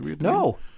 No